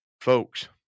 Folks